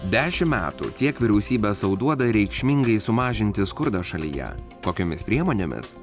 dešimt metų tiek vyriausybė sau duoda reikšmingai sumažinti skurdą šalyje tokiomis priemonėmis